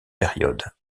période